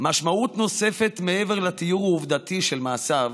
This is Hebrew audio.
משמעות נוספת מעבר לתיאור העובדתי של מעשיו,